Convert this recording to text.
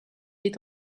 est